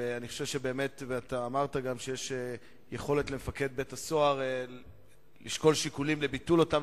אמרת גם שיש אפשרות למפקד בית-הסוהר לשקול ביטול אותם